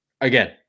again